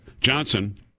Johnson